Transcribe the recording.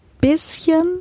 bisschen